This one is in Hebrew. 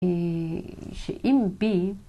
‫א.. שאם בי.